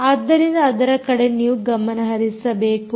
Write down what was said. ಆದ್ದರಿಂದ ಅದರ ಕಡೆ ನೀವು ಗಮನ ಹರಿಸಬೇಕು